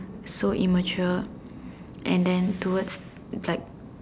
so immature and then towards like